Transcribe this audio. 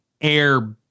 air